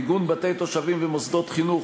מיגון בתי תושבים ומוסדות חינוך,